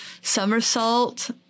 Somersault